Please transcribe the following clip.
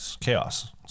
Chaos